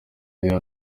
iriya